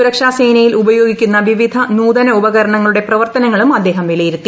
സുരക്ഷാസേനയിൽ ഉപയോഗിക്കുന്ന വിവിധ നൂതന ഉപകരണങ്ങളുടെ പ്രവർത്തനങ്ങളും അദ്ദേഹം വിലയിരുത്തി